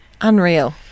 unreal